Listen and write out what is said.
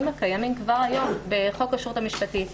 הקיימים כבר היום בחוק הכשרות המשפטית,